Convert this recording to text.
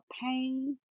pain